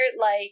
like-